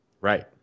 Right